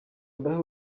mbahe